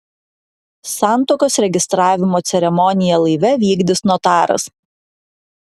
santuokos registravimo ceremoniją laive vykdys notaras